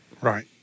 right